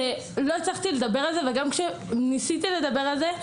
לא הצלחתי לדבר על זה וגם כשניסיתי לדבר על זה,